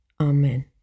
Amen